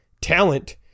talent